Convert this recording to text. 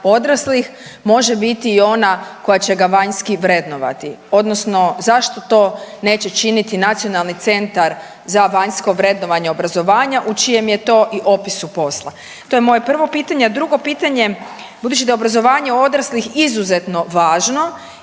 odraslih može biti i ona koja će ga vanjski vrednovati odnosno zašto to neće činiti NCVVO u čijem je to i opisu posla. To je moje prvo pitanje. A drugo pitanje, budući da je obrazovanje odraslih izuzetno važno